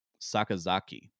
sakazaki